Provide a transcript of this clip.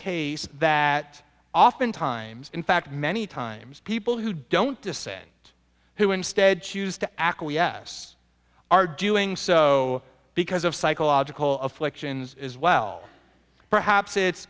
case that often times in fact many times people who don't to say it who instead choose to acquiesce are doing so because of psychological afflictions as well perhaps it's